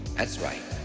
that's right,